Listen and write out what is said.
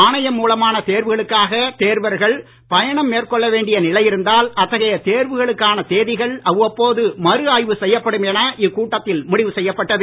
ஆணையம் மூலமான தேர்வுகளுக்காக தேர்வர்கள் பயணம் மேற்கொள்ள வேண்டிய நிலை இருந்தால் அத்தகைய தேர்வுகளுக்கான தேதிகள் அவ்வப்போது மறு ஆய்வு செய்யப்படும் என இக்கூட்டத்தில் முடிவு செய்யப்பட்டது